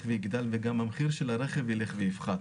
ויגדל וגם המחיר של הרכב יילך ויפחת.